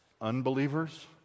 unbelievers